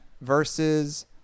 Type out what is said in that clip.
versus